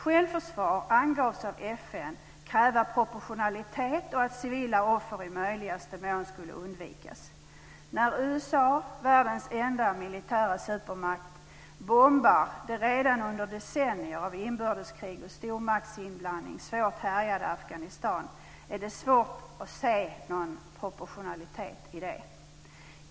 Självförsvar angavs av FN kräva proportionalitet och att civila offer i möjligaste mån skulle undvikas. När USA, världens enda militära supermakt, bombar det redan under decennier av inbördeskrig och stormaktsinblandning svårt härjade Afghanistan är det svårt att se någon proportionalitet i det.